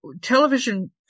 television